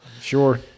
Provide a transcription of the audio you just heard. Sure